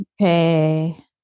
Okay